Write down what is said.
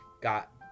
got